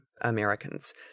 Americans